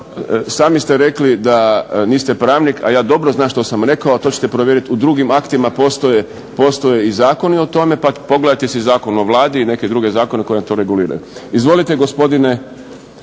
Sami ste rekli da niste pravnik, a ja dobro znam što sam rekao, a to ćete provjerit u drugim aktima. Postoje i zakoni o tome pa pogledajte si Zakon o Vladi i neke druge zakone koji to reguliraju. Izvolite, gospodine